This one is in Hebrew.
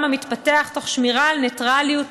המתפתח תוך שמירה על ניטרליות טכנולוגית.